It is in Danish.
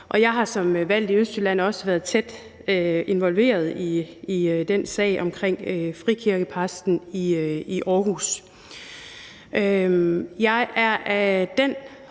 og jeg har som valgt i Østjylland også været tæt involveret i sagen omkring frikirkepræsten i Aarhus. Jeg er af den